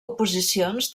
oposicions